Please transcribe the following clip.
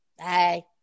Hey